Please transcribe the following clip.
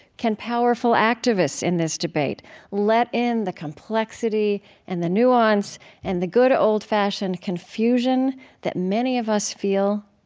can powerful activists in this debate let in the complexity and the nuance and the good old-fashioned confusion that many of us feel?